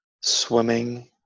swimming